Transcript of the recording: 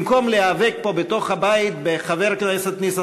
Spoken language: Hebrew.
במקום להיאבק פה בתוך הבית בחבר הכנסת ניסן